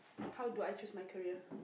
how do I choose my career